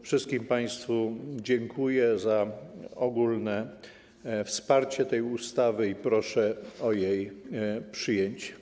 Wszystkim państwu dziękuję za ogólne poparcie tej ustawy i proszę o jej przyjęcie.